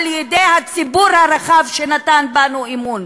על-ידי הציבור הרחב שנתן בנו אמון.